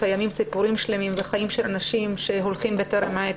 קיימים סיפורים שלמים וחיים של אנשים שהולכים בטרם עת.